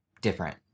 different